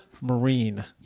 marine